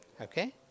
Okay